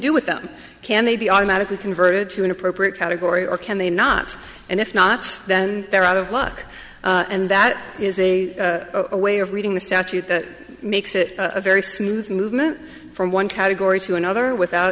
do with them can they be automatically converted to an appropriate category or can they not and if not then they're out of luck and that is a way of reading the statute that makes it a very smooth movement from one category to another without